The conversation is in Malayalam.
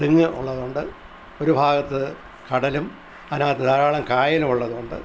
തെങ്ങ് ഉള്ളതുകൊണ്ട് ഒരു ഭാഗത്തു കടലും അതിനകത്തു ധാരാളം കായലുമുള്ളതുകൊണ്ട്